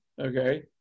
okay